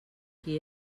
qui